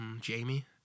Jamie